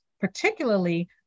particularly